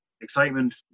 excitement